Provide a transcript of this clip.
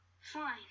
Fine